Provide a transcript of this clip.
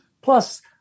Plus